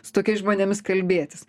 su tokiais žmonėmis kalbėtis